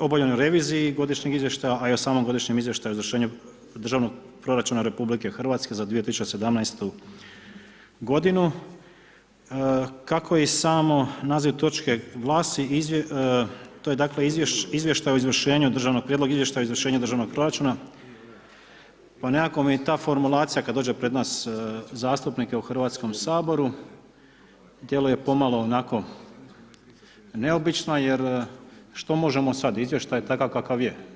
obavljenoj reviziji godišnjeg izvještaja, a i o samom godišnjem izvještaju o izvršenju državnog proračuna RH za 2017. g. Kako i samo naziv točke glasi, to je dakle, prijedlog izvještaja o izvršenju državnog proračuna, pa nekako mi ta formulacija, kada dođe pred nas zastupnike u Hrvatskom saboru, djeluje pomalo, onako neobično, jer što možemo sada, izvještaj je takav kakav je.